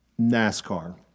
NASCAR